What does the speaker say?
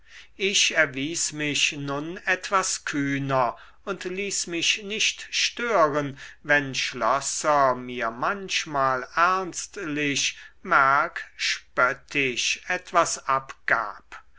ich erwies mich nun etwas kühner und ließ mich nicht stören wenn schlosser mir manchmal ernstlich merck spöttisch etwas abgab